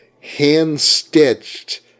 hand-stitched